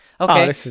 okay